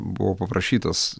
buvau paprašytas